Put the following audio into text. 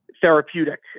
therapeutic